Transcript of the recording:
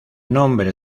nombre